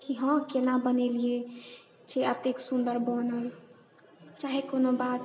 की हँ केना बनेलिऐ जे एतेक सुंदर बनल चाहे कोनो बात